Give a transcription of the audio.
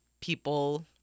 people